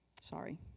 Sorry